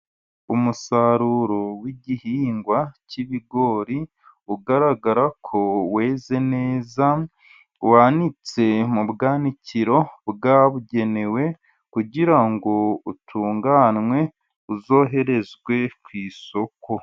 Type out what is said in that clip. Umusaruro w igihingwa cy'ibigori, ugaragara ko weze neza, wanitse mu bwanikiro bwabugenewe, kugira ngo utunganwe uzoherezwe ku isoko.